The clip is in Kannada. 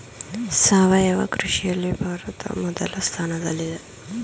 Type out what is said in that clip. ಸಾವಯವ ಕೃಷಿಯಲ್ಲಿ ಭಾರತ ಮೊದಲ ಸ್ಥಾನದಲ್ಲಿದೆ